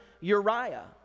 Uriah